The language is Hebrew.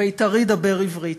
בית"רי דבר עברית.